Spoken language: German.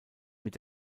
mit